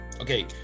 Okay